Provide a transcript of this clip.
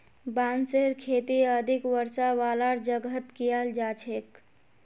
बांसेर खेती अधिक वर्षा वालार जगहत कियाल जा छेक